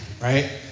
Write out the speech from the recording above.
right